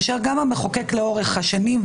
גם המחוקק לאורך השנים,